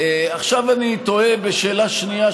עכשיו אני תוהה בשאלה שנייה,